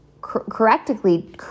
correctly